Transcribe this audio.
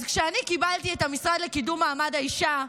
אז כשאני קיבלתי את המשרד לקידום מעמד האישה,